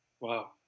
Wow